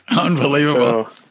Unbelievable